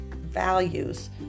values